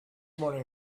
morning